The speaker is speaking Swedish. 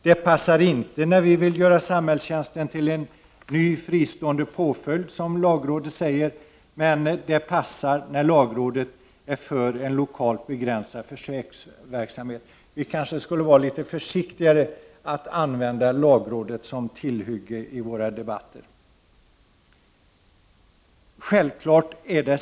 Det passar inte när vi vill göra samhällstjänsten till en ny fristående påföljd, som lagrådet säger. Men det passar när lagrådet är för en lokalt begränsad försöksverksamhet. Vi kanske skulle vara litet försiktigare med att använda lagrådet som tillhygge i våra debatter.